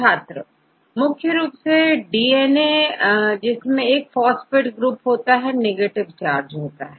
छात्र मुख्य रूप सेDNA इसमें एक फास्फेट रूप होता है जो नेगेटिव चार्ज होता है